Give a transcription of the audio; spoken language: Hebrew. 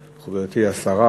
היושבת-ראש,